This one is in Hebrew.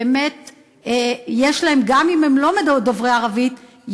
גם אם הם לא דוברי ערבית,